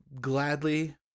gladly